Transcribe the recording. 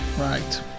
right